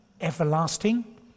everlasting